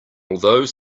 although